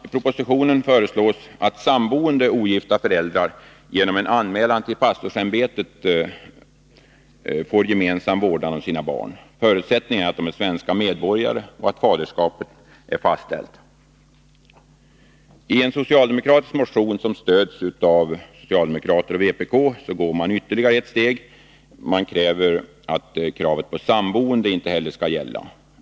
I propositionen föreslås att samboende ogifta föräldrar genom en anmälan till pastorsämbetet får gemensam vårdnad om sina barn. Förutsättningen är att de är svenska medborgare och att faderskapet är fastställt. I en socialdemokratisk motion som stöds av både socialdemokraterna och vpk går man ytterligare ett steg och begär att kravet på samboende inte heller skall gälla.